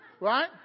right